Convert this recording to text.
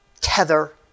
tether